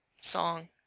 Song